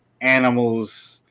animals